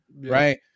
right